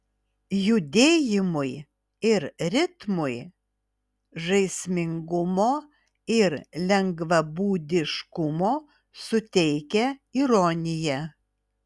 judėjimui ir ritmui žaismingumo ir lengvabūdiškumo suteikia ironija